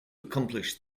accomplish